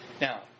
now